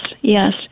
yes